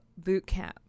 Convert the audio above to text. Bootcamp